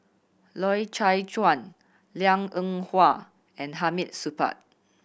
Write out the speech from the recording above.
Loy Chye Chuan Liang Eng Hwa and Hamid Supaat